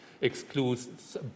excludes